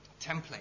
template